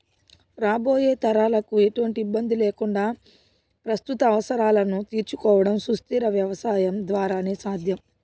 రాబోయే తరాలకు ఎటువంటి ఇబ్బంది లేకుండా ప్రస్తుత అవసరాలను తీర్చుకోవడం సుస్థిర వ్యవసాయం ద్వారానే సాధ్యం